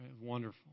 wonderful